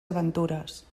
aventures